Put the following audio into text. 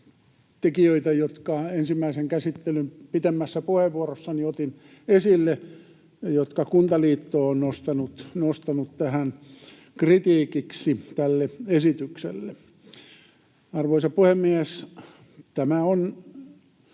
tekijöitä, jotka ensimmäisen käsittelyn pitemmässä puheenvuorossani otin esille ja jotka Kuntaliitto on nostanut kritiikiksi tälle esitykselle. Arvoisa puhemies! Tämä on